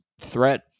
threat